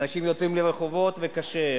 אנשים יוצאים לרחובות, וקשה.